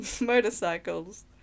motorcycles